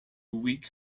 weak